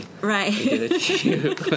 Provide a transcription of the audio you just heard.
Right